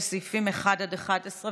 לסעיפים 1 11,